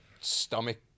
stomach